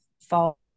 fall